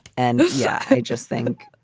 and yeah i just think,